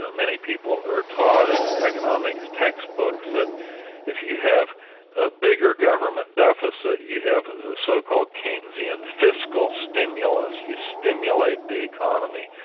many people are taught in economics textbooks-that if you have a bigger government deficit, you have a so-called keynesian fiscal stimulus, you stimulate the economy.